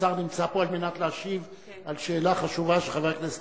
נמצא פה על מנת להשיב על שאלה חשובה שחבר הכנסת